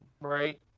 right